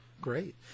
Great